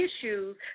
issues